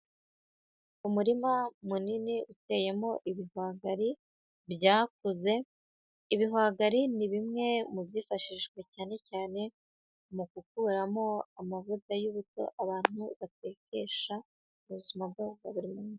Umurima munini uteyemo ibihwagari byakuze, ibihwagari ni bimwe mu byifashishwa cyane cyane mu gukuramo amavuta y'ubuto abantu batekesha mu buzima bwabo bwa buri munsi.